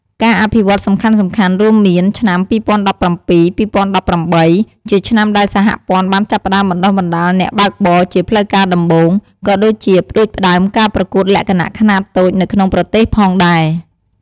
ការអភិវឌ្ឍន៍សំខាន់ៗរួមមានឆ្នាំ ២០១៧-២០១៨ ជាឆ្នាំដែលសហព័ន្ធបានចាប់ផ្ដើមបណ្តុះបណ្តាលអ្នកបើកបរ ជាផ្លូវការដំបូង ក៏ដូចជាផ្ដួចផ្ដើមការប្រកួតលក្ខណៈខ្នាតតូចនៅក្នុងប្រទេសផងដែរ។